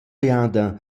jada